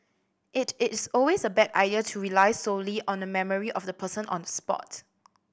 it is always a bad idea to rely solely on the memory of the person on the spot